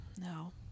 No